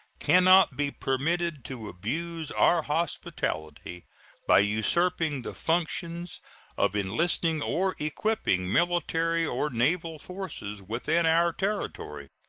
can not be permitted to abuse our hospitality by usurping the functions of enlisting or equipping military or naval forces within our territory.